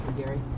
gary?